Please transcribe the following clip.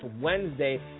Wednesday